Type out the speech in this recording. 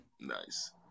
Nice